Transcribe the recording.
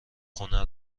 خونه